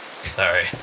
Sorry